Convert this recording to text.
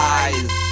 eyes